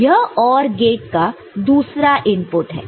तो यह OR gate का दूसरा इनपुट है